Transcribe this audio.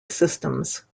systems